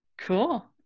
Cool